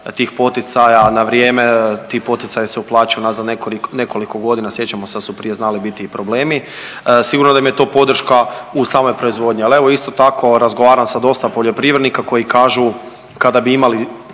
tih poticaja, na vrijeme ti poticaji se uplaćuju unazad nekoliko godina sjećamo se da su prije znali biti i problemi. Sigurno da nam je to podrška u samoj proizvodnji, ali evo isto tako razgovaram sa dosta poljoprivrednika koji kažu kada bi imali